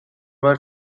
were